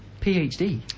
PhD